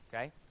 okay